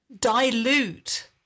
dilute